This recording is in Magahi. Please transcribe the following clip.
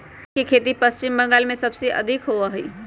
चावल के खेती पश्चिम बंगाल में सबसे अधिक होबा हई